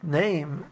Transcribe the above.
name